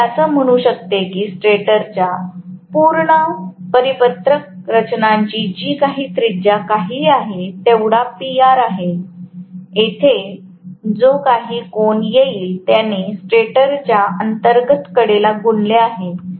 म्हणून मी असं म्हणू शकते की स्टेटरच्या पूर्ण परिपत्रक रचनाची जी काही त्रिज्या काहीही आहे तेवढा PR आहे इथे जो काही कोन येईल त्याने स्टेटरच्या अंतर्गत कडेला गुणले आहे